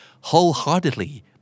wholeheartedly